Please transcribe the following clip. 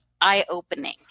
eye-opening